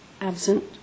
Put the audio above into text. Absent